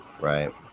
Right